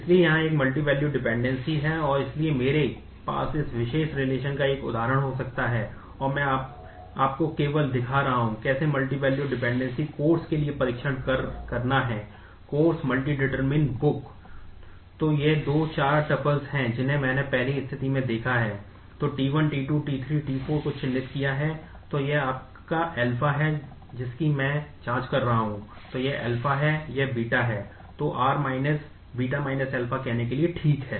इसलिए यहां एक मल्टीवैल्यूड डिपेंडेंसी कहने के लिए ठीक है